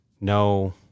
No